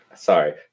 Sorry